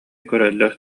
көрөллөр